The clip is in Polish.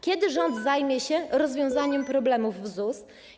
Kiedy rząd zajmie się rozwiązaniem problemów w ZUS?